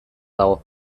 dago